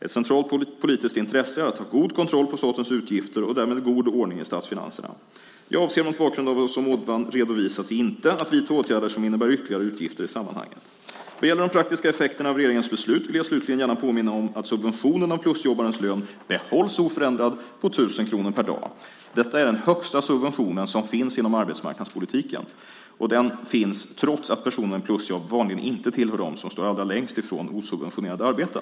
Ett centralt politiskt intresse är att ha en god kontroll på statens utgifter och därmed en god ordning i statsfinanserna. Jag avser, mot bakgrund av vad som här redovisats, inte att vidta åtgärder som innebär ytterligare utgifter i sammanhanget. Vad gäller de praktiska effekterna av regeringens beslut vill jag slutligen gärna påminna om att subventionen av plusjobbarens lön behålls oförändrad på 1 000 kronor per dag. Detta är den högsta subvention som finns inom arbetsmarknadspolitiken. Och den finns trots att personer med plusjobb vanligen inte tillhör dem som står allra längst från osubventionerade arbeten.